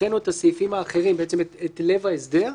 הקראנו את הסעיפים האחרים, בעצם את לב ההסדר.